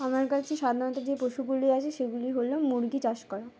আমার কাছে সাধারণত যে পশুগুলি আছে সেগুলি হলো মুরগি চাষ করা